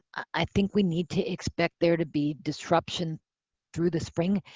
i think we need to expect there to be disruption through the spring.